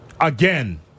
Again